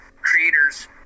creators